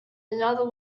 another